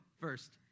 First